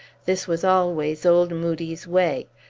this was always old moodie's way.